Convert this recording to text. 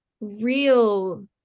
Real